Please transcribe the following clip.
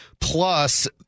Plus